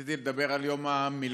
רציתי לדבר על יום המילואים,